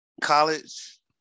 college